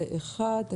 הצבעה אושרה.